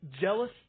Jealous